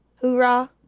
Hoorah